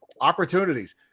opportunities